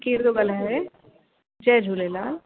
केरु थो ॻाल्हाए जय झूलेलाल